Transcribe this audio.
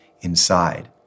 inside